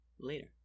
later